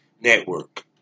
Network